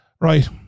Right